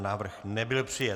Návrh nebyl přijat.